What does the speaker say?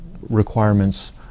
requirements